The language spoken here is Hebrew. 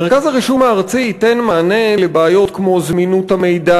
מרכז הרישום הארצי ייתן מענה לבעיות כמו זמינות המידע